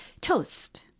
Toast